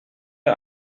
der